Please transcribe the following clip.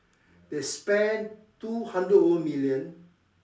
they spent two hundred over million